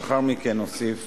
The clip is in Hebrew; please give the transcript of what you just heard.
לאחר מכן אוסיף